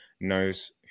knows